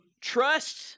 trust